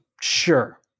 Sure